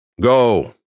Go